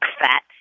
fat